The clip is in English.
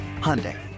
Hyundai